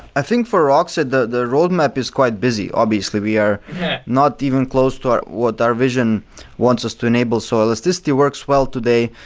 i think for rockset, the the roadmap is quite busy. obviously, we are not even close to what our vision wants us to enable. so elasticity works well today,